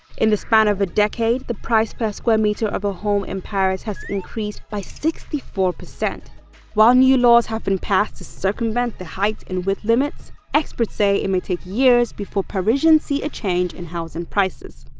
in the span of a decade, the price per square meter of a home in paris has increased by sixty four. while new laws have been passed to circumvent the height and width limits, experts say it may take years before parisians see a change in housing prices.